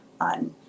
on